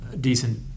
decent